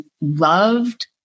loved